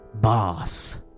boss